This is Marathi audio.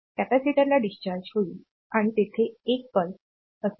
कॅपेसिटरला डिस्चार्ज होईल आणि तेथे 1 नाडी असेल